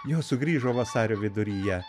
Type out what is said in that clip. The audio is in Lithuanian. jos sugrįžo vasario viduryje